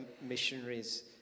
missionaries